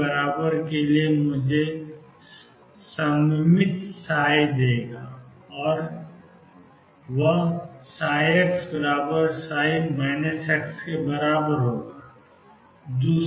ए B मुझे symmetric देगा जो है xψ